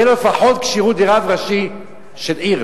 תהיה לו לפחות כשירות לרב ראשי של עיר.